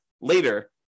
later